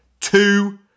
Two